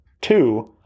Two